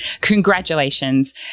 Congratulations